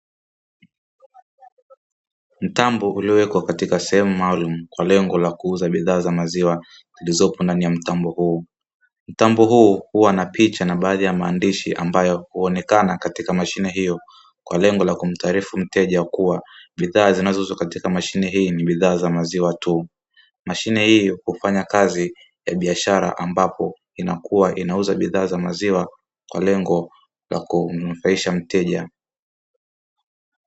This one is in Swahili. Mtambo uliowekwa katika sehemu maalumu kwa lengo la kuuza bidhaa za maziwa zilizopo ndani ya mtambo huo. Mtambo huu huwa na picha na baadhi ya maandishi ambayo huonekana katika mashine hiyo kwa lengo la kumtaarifu mteja kuwa bidhaa zinazouzwa katika mashine hii ni bidhaa za maziwa tu, mashine hii hufanya kazi ya biashara ambapo inakuwa inauza bidhaa za maziwa kwa lengo kumfuraisha mteja.